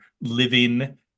living